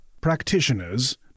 practitioners